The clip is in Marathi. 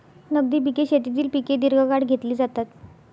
नगदी पिके शेतीतील पिके दीर्घकाळ घेतली जातात